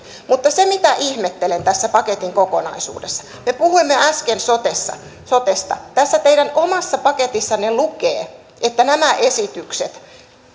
mutta sitä ihmettelen tässä paketin kokonaisuudessa kun me puhuimme äsken sotesta sotesta että tässä teidän omassa paketissanne lukee että nämä esitykset